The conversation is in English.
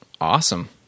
Awesome